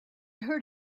heard